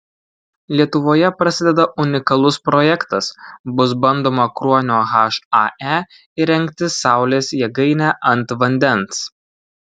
lietuvoje prasideda unikalus projektas bus bandoma kruonio hae įrengti saulės jėgainę ant vandens